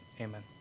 Amen